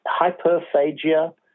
hyperphagia